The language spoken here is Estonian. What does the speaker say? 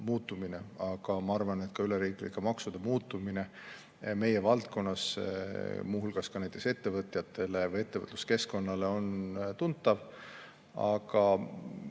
muutumine. Aga ma arvan, et ka üleriiklike maksude muutumine meie valdkonnas on muu hulgas näiteks ettevõtjatele või ettevõtluskeskkonnale tuntav. Kui